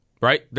right